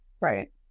right